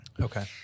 Okay